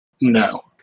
No